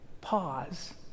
pause